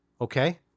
Okay